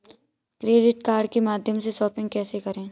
Credit card के माध्यम से शॉपिंग कैसे करें?